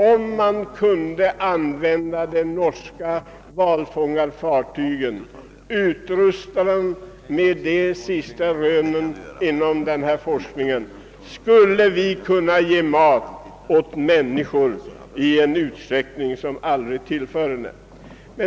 Om man kunde använda norska valfångarfartyg till detta ändamål i stället för att nedskrota dem och utrusta dem i enlighet med de senaste rönen inom denna forskning för konservering av fisk skulle vi kunna ge mat åt människor i en utsträckning som aldrig tillförne.